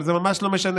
אבל זה ממש לא משנה,